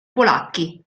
polacchi